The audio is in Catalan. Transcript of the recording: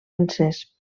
encès